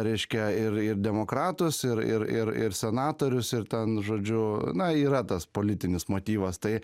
reiškia ir ir demokratus ir ir ir ir senatorius ir ten žodžiu na yra tas politinis motyvas tai